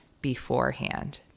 beforehand